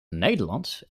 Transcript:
nederlands